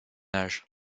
âge